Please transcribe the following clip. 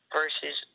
versus